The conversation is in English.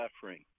suffering